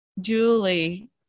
Julie